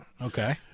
Okay